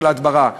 של ההדברה.